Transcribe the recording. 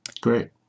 Great